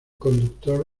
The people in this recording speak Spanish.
conductor